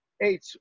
eight